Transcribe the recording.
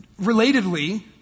Relatedly